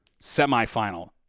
semifinal